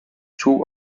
two